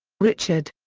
richard.